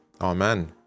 Amen